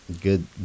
Good